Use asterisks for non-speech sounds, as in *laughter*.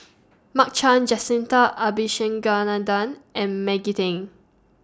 *noise* Mark Chan Jacintha Abisheganaden and Maggie Teng